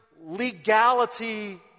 legality